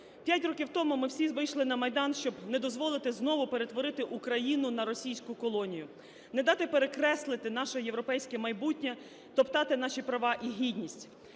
П'ять років тому ми всі вийшли на Майдан, щоб не дозволити знову перетворити Україну на російську колонію, не дати перекреслити наше європейське майбутнє, топтати наші права і гідність.